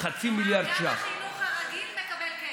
אז גם החינוך הרגיל מקבל כסף.